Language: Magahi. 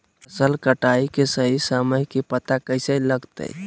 फसल कटाई के सही समय के पता कैसे लगते?